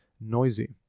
noisy